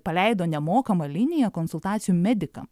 paleido nemokamą liniją konsultacijų medikam